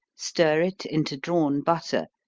stir it into drawn butter,